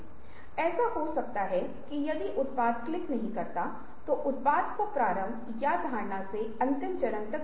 और बाद में हम इसे मुक्त संघ नि शुल्क संघ Free Association के साथ देख रहे होंगे जहां इसे चरम मे लिया जाता है और यह इसका एक माध्यम या सीमित रूप है